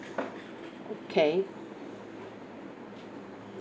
okay